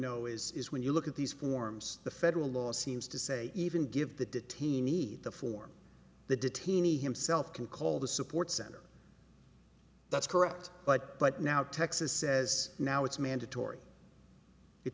know is when you look at these forms the federal law seems to say even give the detainees the form the detainees himself can call the support center that's correct but but now texas says now it's mandatory it